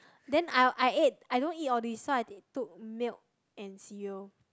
then I I ate I don't eat all these so I took milk and cereal